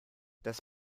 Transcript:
das